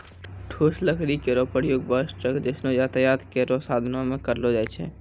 ठोस लकड़ी केरो प्रयोग बस, ट्रक जैसनो यातायात केरो साधन म करलो जाय छै